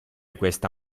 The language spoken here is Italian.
questa